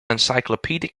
encyclopedic